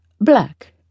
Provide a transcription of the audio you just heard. black